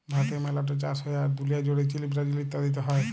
ভারতে মেলা ট চাষ হ্যয়, আর দুলিয়া জুড়ে চীল, ব্রাজিল ইত্যাদিতে হ্য়য়